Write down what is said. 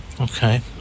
Okay